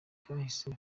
bwahise